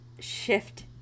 shift